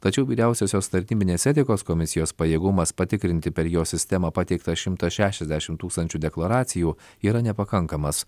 tačiau vyriausiosios tarnybinės etikos komisijos pajėgumas patikrinti per jo sistemą pateikta šimtas šešiasdešim tūkstančių deklaracijų yra nepakankamas